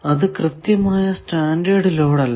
അത് കൃത്യമായ standard load അല്ല